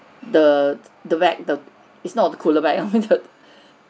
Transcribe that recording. the the bag the it's not a cooler bag uh